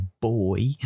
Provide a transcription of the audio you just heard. boy